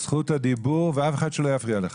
זכות הדיבור שלך, ואף אחד שלא יפריע לך.